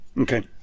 Okay